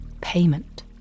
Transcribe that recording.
Payment